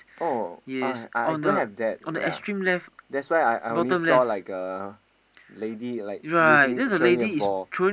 oh I I don't have that ya that's why I I only saw like a lady like using throwing a ball